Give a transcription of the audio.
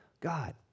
God